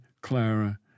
Clara